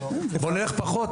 בוא נלך פחות,